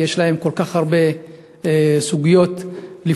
כי יש להם כל כך הרבה סוגיות לפתור,